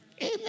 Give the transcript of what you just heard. Amen